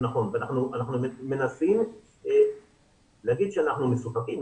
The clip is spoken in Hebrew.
להגיד שאנחנו מסופקים?